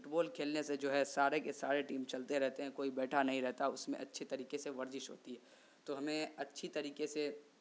fit بال کھیلنے سے جو ہے سارے کے سارے ٹیم چلتے رہتے ہیں کوئی بیٹھا نہیں رہتا اس میں اچھے طریقے سے ورزش ہوتی ہے تو ہمیں اچھی طریقے سے